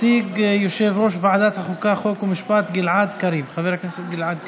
היו"ר מנסור עבאס: תודה, כבוד השר גדעון סער.